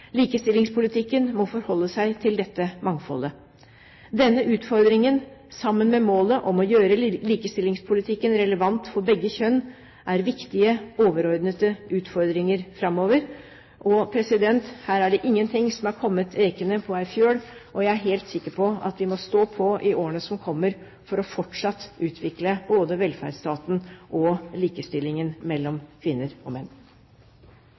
Likestillingspolitikken må forholde seg til dette mangfoldet. Denne utfordringen sammen med målet om å gjøre likestillingspolitikken relevant for begge kjønn er viktige overordnede utfordringer framover. Her er det ingen ting som har kommet «rekende på ei fjøl». Jeg er helt sikker på at vi må stå på i årene som kommer, for fortsatt å utvikle både velferdsstaten og likestillingen mellom kvinner og menn.